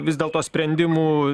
vis dėlto sprendimų